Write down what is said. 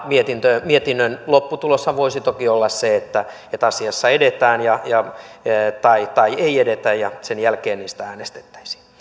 mietintö mietinnön lopputuloshan voisi toki olla se että että asiassa edetään tai tai ei edetä ja sen jälkeen niistä äänestettäisiin